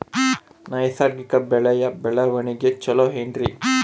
ನೈಸರ್ಗಿಕ ಬೆಳೆಯ ಬೆಳವಣಿಗೆ ಚೊಲೊ ಏನ್ರಿ?